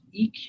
EQ